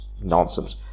nonsense